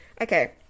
Okay